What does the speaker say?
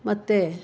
ಮತ್ತು